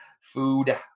food